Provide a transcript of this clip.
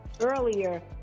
earlier